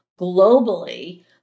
globally